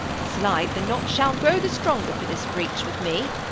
slight, the knot shall grow the stronger for this breach, with me.